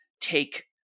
take